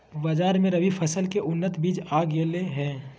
बाजार मे रबी फसल के उन्नत बीज आ गेलय हें